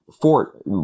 Fort